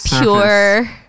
pure